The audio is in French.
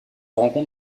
rencontre